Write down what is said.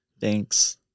Thanks